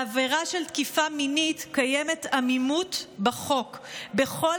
בעבירה של תקיפה מינית קיימת עמימות בחוק בכל